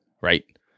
right